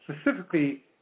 specifically